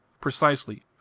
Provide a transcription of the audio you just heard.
Precisely